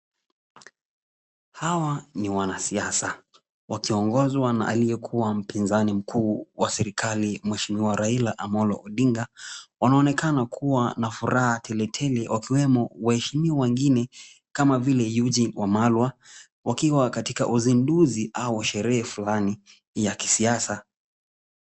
Hawa ni wanasiasa wakiongozwa na aliyekuwa mpinzani mkuu wa serikali Mheshimiwa Raila Amollo Odinga, wanaonekana kuwa na furaha teletele wakiwemo waheshimiwa wengine kama vile Eugine Wamalwa, wakiwa katika uzinduzi au sherehe fulani ya kisiasa.